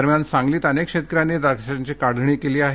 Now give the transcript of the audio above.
दरम्यान सांगलीत अनेक शेतकऱ्यांनी द्राक्षांची काढणी केली आहे